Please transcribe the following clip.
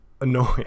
annoying